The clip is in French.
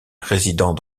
résident